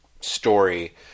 story